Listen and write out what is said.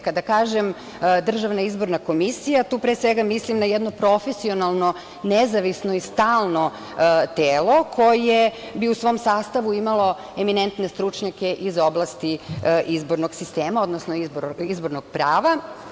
Kada kažem, državna izborna komisija, tu pre svega mislim na jedno profesionalno nezavisno i stalno telo koje bi u svom sastavu imalo eminentne stručnjake iz oblasti izbornog sistema, odnosno izbornog prava.